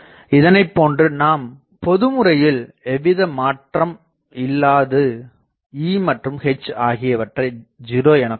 இதனைபோன்று நாம் பொதுமுறையில் எவ்வித மாற்றம் இல்லாது E மற்றும் H ஆகியவற்றை 0 எனக்கொள்வோம்